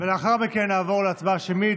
לאחר מכן נעבור להצבעה שמית,